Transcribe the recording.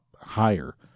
higher